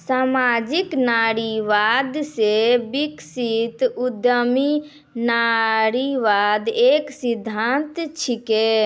सामाजिक नारीवाद से विकसित उद्यमी नारीवाद एक सिद्धांत छिकै